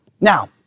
Now